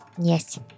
Yes